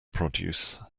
produce